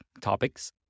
topics